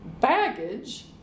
baggage